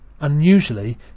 Unusually